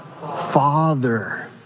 Father